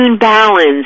balance